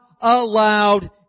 allowed